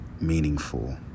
meaningful